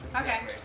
Okay